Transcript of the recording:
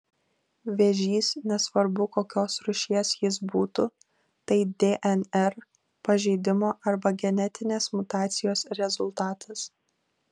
vėžys nesvarbu kokios rūšies jis būtų tai dnr pažeidimo arba genetinės mutacijos rezultatas